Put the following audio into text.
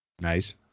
Nice